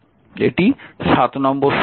এটি নম্বর সমীকরণ